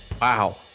wow